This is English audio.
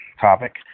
topic